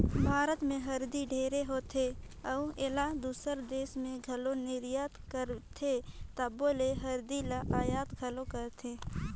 भारत में हरदी ढेरे होथे अउ एला दूसर देस में घलो निरयात करथे तबो ले हरदी ल अयात घलो करथें